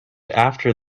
after